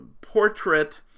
portrait